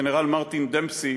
גנרל מרטין דמפסי,